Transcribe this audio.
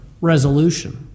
resolution